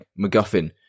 MacGuffin